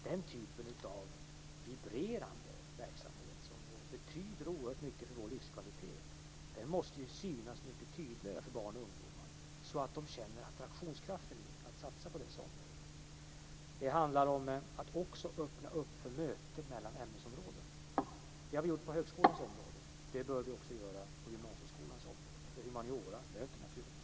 Den typen av vibrerande verksamhet, som betyder oerhört mycket för vår livskvalitet, måste synas mycket tydligare för barn och ungdomar så att de känner attraktionskraften i att satsa på dessa områden. Det handlar om att också öppna för möten mellan ämnesområden. Det har vi gjort på högskolans område, och det bör vi göra även på gymnasieskolans område där humaniora möter naturvetenskap.